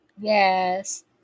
Yes